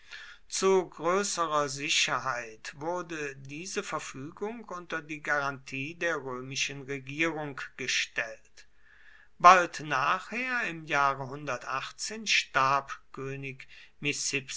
zu größerer sicherheit wurde diese verfügung unter die garantie der römischen regierung gestellt bald nachher im jahre starb könig